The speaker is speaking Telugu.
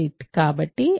కాబట్టి i b c id 1